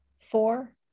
four